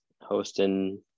hosting